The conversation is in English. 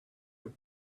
have